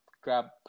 grab